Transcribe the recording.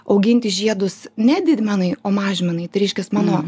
auginti žiedus ne didmenai o mažmenai tai reiškias mano